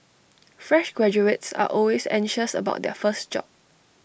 fresh graduates are always anxious about their first job